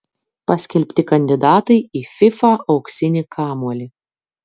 paskelbti kandidatai į fifa auksinį kamuolį